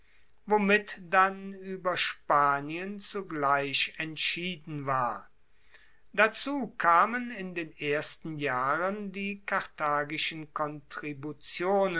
womit dann ueber spanien zugleich entschieden war dazu kamen in den ersten jahren die karthagischen